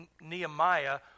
Nehemiah